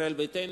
ישראל ביתנו.